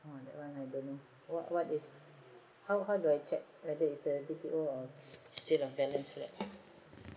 ah that one I don't know what what is how how do I check whether is a B_T_O or sales of balance flat